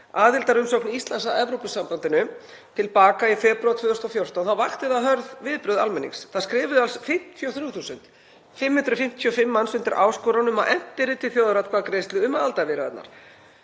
aðildarumsókn Íslands að Evrópusambandinu til baka í febrúar 2014 vakti það hörð viðbrögð almennings. Það skrifuðu alls 53.555 manns undir áskorun um að efnt yrði til þjóðaratkvæðagreiðslu um aðildarviðræðurnar.